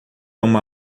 uma